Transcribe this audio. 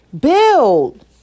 build